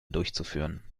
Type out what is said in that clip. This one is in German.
durchzuführen